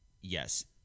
yes